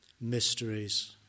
mysteries